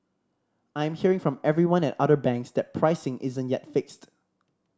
I'm hearing from everyone at other banks that pricing isn't yet fixed